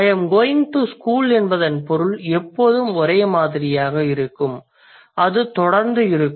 I am going to school என்பதன் பொருள் எப்போதும் ஒரே மாதிரியாக இருக்கும் அது தொடர்ந்து இருக்கும்